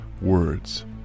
words